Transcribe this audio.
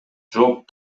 жооп